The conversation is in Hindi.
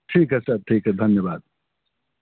ठीक है सर ठीक है धन्यवाद